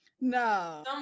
No